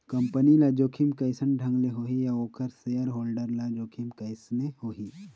Company ल जोखिम कइसन ढंग ले होही अउ ओखर सेयर होल्डर ल जोखिम कइसने होही?